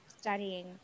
studying